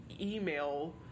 email